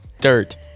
Dirt